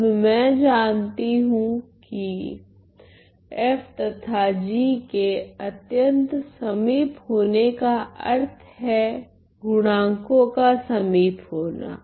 तब मैं जानती हूँ कि f तथा g के अत्यंत समीप होने का अर्थ है गुणांकों का समीप होना